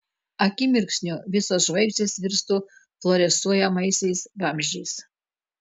akimirksniu visos žvaigždės virstų fluorescuojamaisiais vamzdžiais